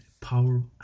power